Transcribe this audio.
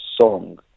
song